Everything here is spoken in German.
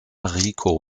rico